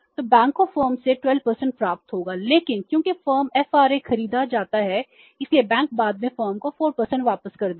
तो बैंक को फर्म से 12 प्राप्त होगा लेकिन क्योंकि फर्म एफआरए खरीदा जाता है इसलिए बैंक बाद में फर्म को 4 वापस कर देगा